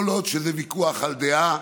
כל עוד זה ויכוח על דעה